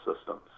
systems